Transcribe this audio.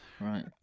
right